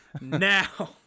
Now